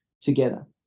together